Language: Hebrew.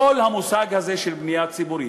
כל המושג הזה של בנייה ציבורית,